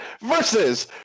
versus